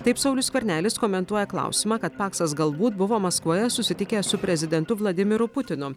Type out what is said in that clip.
taip saulius skvernelis komentuoja klausimą kad paksas galbūt buvo maskvoje susitikęs su prezidentu vladimiru putinu